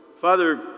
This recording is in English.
Father